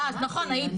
נכון, היית.